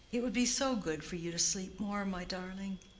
it would be so good for you to sleep more, my darling.